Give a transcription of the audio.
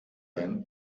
ein